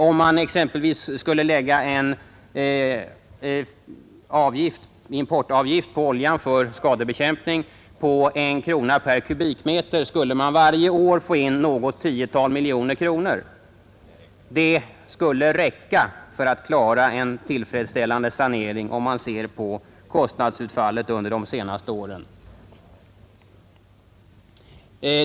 Om man exempelvis skulle lägga en importavgift på oljan för skadebekämpning på 1 krona per kubikmeter, skulle man varje år få in något tiotal miljoner kronor. Det skulle räcka för att klara en tillfredsställande sanering, att döma av kostnadsutfallet under de senaste åren.